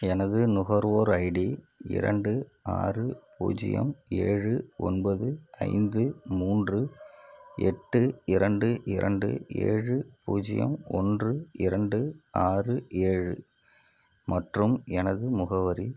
எனது நுகர்வோர் ஐடி இரண்டு ஆறு பூஜ்ஜியம் ஏழு ஒன்பது ஐந்து மூன்று எட்டு இரண்டு இரண்டு ஏழு பூஜ்ஜியம் ஒன்று இரண்டு ஆறு ஏழு மற்றும் எனது முகவரி